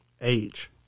Age